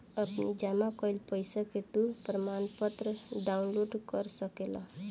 अपनी जमा कईल पईसा के तू प्रमाणपत्र डाउनलोड कअ सकेला